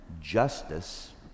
justice